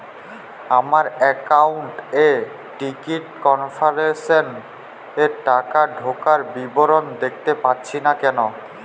আমার একাউন্ট এ ticket cancellation এর টাকা ঢোকার বিবরণ দেখতে পাচ্ছি না কেন?